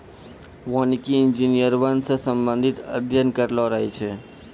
वानिकी इंजीनियर वन से संबंधित अध्ययन करलो रहै छै